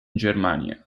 germania